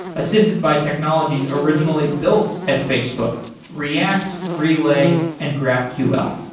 assisted by technologies originally built at facebook react, relay, and graphql.